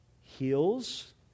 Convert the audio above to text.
heals